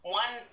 one